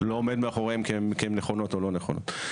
עומד מאחוריהן כי הן נכונות או לא נכונות,